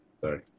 Sorry